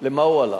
למה הוא הלך?